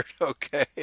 okay